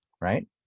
right